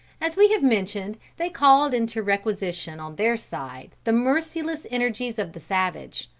as we have mentioned they called into requisition on their side the merciless energies of the savage,